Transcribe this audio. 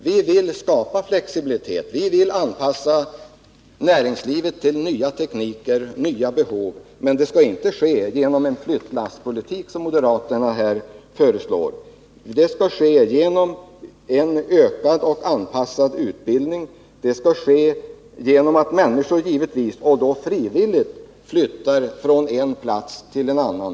Vi vill skapa flexibilitet och anpassa näringslivet till ny teknik och nya behov, men det skall inte ske genom en flyttlasspolitik, vilket moderaterna här föreslår. Det skall ske genom en ökad och anpassad utbildning, och det skall givetvis ske genom att människor — och då frivilligt — flyttar från en plats till en annan.